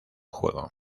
juego